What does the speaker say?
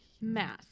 Math